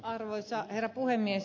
arvoisa herra puhemies